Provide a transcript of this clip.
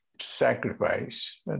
sacrifice